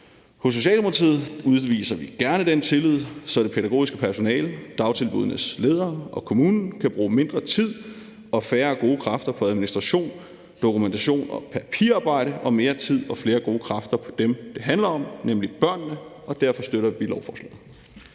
Hos Socialdemokratiet udviser vi gerne den tillid, så det pædagogiske personale, dagtilbuddenes ledere og kommunen kan bruge mindre tid og færre gode kræfter på administration, dokumentation og papirarbejde og mere tid og flere gode kræfter på dem, det handler om, nemlig børnene, og derfor støtter vi lovforslaget.